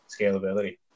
scalability